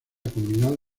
comunidad